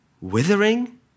withering